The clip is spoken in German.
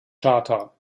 charter